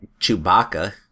Chewbacca